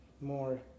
more